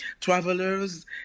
travelers